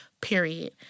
period